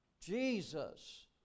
Jesus